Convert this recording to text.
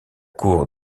cour